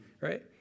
right